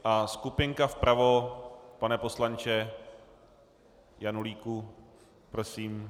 A skupinka vpravo, pane poslanče Janulíku, prosím.